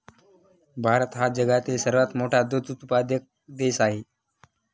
भारत हा जगातील सर्वात मोठा दूध उत्पादक देश आहे